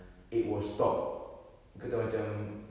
it will stop orang kata macam